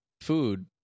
food